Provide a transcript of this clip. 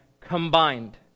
combined